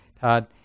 Todd